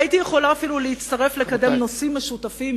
הייתי יכולה אפילו להצטרף לקדם נושאים משותפים,